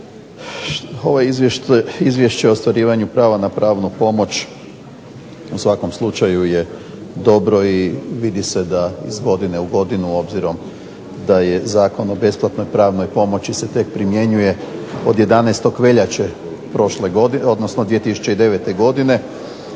Ovo Izvješće o ostvarivanju prava na pravnu pomoć u svakom slučaju je dobro i vidi se da iz godine u godinu obzirom da je Zakon o besplatnoj pravnoj pomoći se tek primjenjuje od 11. veljače prošle, odnosno 2009. godine